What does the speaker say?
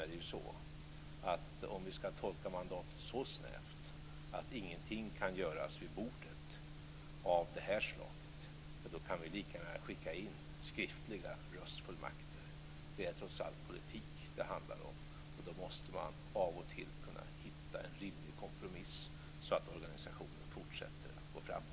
Om man skall tolka mandatet så snävt, att ingenting kan göras vid bordet av det här slaget, kan vi lika gärna skicka in skriftliga röstfullmakter. Det är trots allt politik det handlar om. Då måste man av och till kunna hitta en rimlig kompromiss så att organisationen fortsätter att gå framåt.